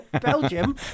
Belgium